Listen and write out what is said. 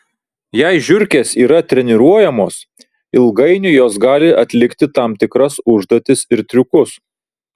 jei žiurkės yra treniruojamos ilgainiui jos gali atlikti tam tikras užduotis ir triukus